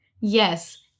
Yes